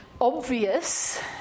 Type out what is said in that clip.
obvious